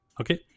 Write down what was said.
okay